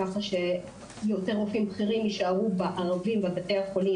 כך שיותר רופאים בכירים יישארו בערבים בבתי החולים